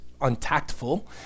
untactful